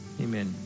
Amen